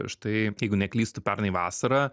štai jeigu neklystu pernai vasarą